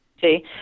see